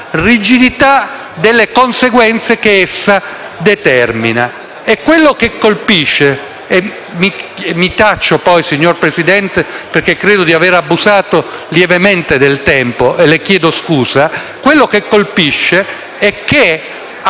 rigidità delle conseguenze che essa determina. E quello che colpisce - e mi faccio poi, Presidente, perché credo di avere abusato lievemente del tempo e le chiedo scusa - è che a questa vaghezza